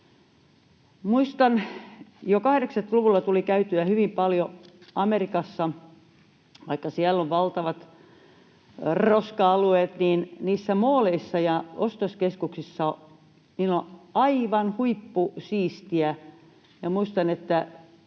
miksi. Jo 80-luvulla tuli käytyä hyvin paljon Amerikassa, ja vaikka siellä on valtavat roska-alueet, niin niissä ”mooleissa”, ostoskeskuksissa, on aivan huippusiistiä. Muistan, että